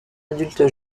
adulte